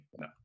No